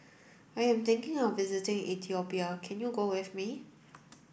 I am thinking of visiting Ethiopia can you go with me